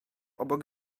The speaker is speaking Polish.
obok